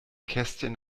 kästchen